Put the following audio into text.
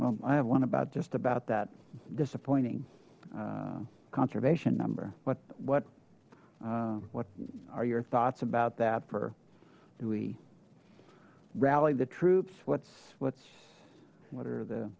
i have one about just about that disappointing conservation number what what what are your thoughts about that for we rally the troops what's what's what are the